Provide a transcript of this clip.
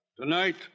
Tonight